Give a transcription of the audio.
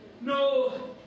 no